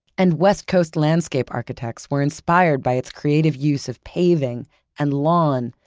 and west coast landscape architects were inspired by its creative use of paving and lawn,